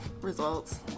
results